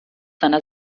seiner